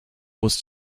was